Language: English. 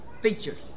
features